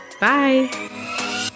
Bye